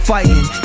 Fighting